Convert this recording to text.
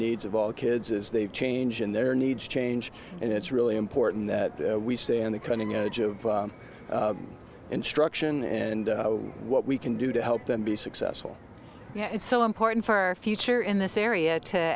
needs of all kids as they change in their needs change and it's really important that we stay on the cutting edge of instruction and what we can do to help them be successful it's so important for our future in this area to